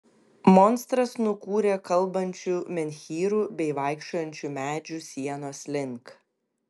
monstras nukūrė kalbančių menhyrų bei vaikščiojančių medžių sienos link